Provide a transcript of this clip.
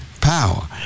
power